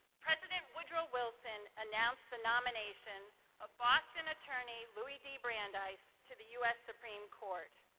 president woodrow wilson announced the nomination of boston attorney louie d brandeis to the us supreme court.